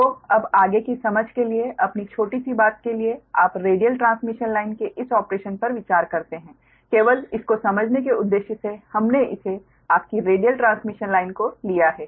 तो अब आगे की समझ के लिए अपनी छोटी सी बात के लिए आप रेडियल ट्रांसमिशन लाइन के इस ऑपरेशन पर विचार करते हैं केवल इसको समझने के उद्देश्य से हमने इसे आपकी रेडियल ट्रांसमिशन लाइन को लिया है